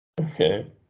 okay